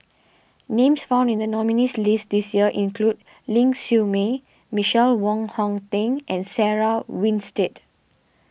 names found in the nominees' list this year include Ling Siew May Michael Wong Hong Teng and Sarah Winstedt